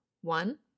One